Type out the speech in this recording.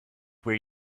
where